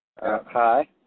Hi